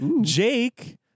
Jake